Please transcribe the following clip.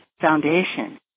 foundation